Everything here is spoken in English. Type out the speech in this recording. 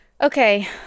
Okay